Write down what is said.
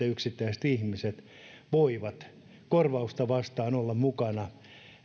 yksittäiset ihmiset voivat korvausta vastaan olla mukana